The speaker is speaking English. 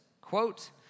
quote